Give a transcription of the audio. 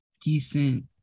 decent